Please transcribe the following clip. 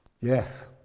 Yes